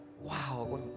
wow